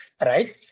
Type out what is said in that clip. right